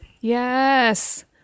Yes